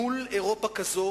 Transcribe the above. מול אירופה כזאת,